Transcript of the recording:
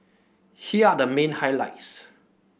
here are the main highlights